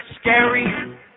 scary